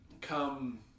come